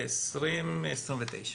ב-2029.